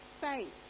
faith